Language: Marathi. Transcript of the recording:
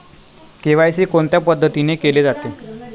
के.वाय.सी कोणत्या पद्धतीने केले जाते?